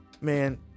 man